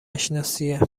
نشناسیه